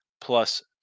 plus